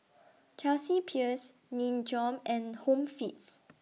Chelsea Peers Nin Jiom and Home Fix